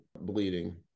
Bleeding